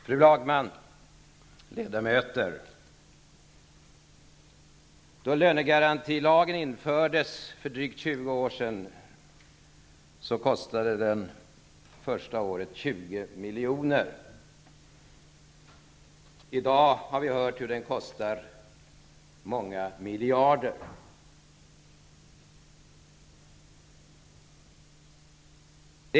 Fru talman, ledamöter! Då lönegarantilagen infördes för drygt 20 år sedan kostade den under det första året 20 miljoner. I dag har vi hört att den kostar många miljarder.